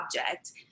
object